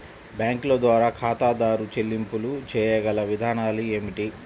బ్యాంకుల ద్వారా ఖాతాదారు చెల్లింపులు చేయగల విధానాలు ఏమిటి?